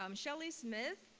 um shelly smith,